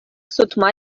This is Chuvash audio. сутма